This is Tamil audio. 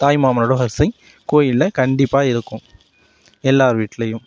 தாய்மாமனோட வரிசை கோவிலில் கண்டிப்பாக இருக்கும் எல்லோர் வீட்லேயும்